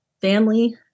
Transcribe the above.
family